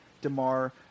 DeMar